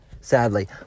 Sadly